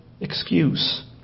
excuse